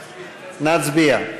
להצביע.